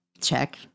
check